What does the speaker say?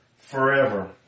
forever